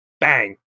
bang